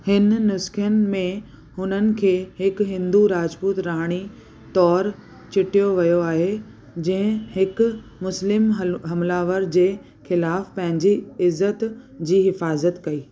हिन नुसख़नि में हुननि खे हिकु हिंदू राजपूत राणी तौर चिटियो वियो आहे जंहिं हिकु मुस्लिम हल हमलावर जे ख़िलाफ पंहिंजी इज़तु जी हिफ़जत कई